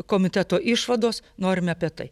komiteto išvados norime apie tai